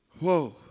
Whoa